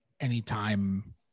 anytime